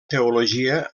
teologia